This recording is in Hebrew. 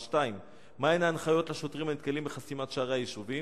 2. מה הן ההנחיות לשוטרים הנתקלים בחסימת שערי היישובים?